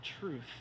truth